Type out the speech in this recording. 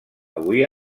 avui